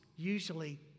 usually